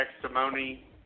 testimony